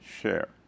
share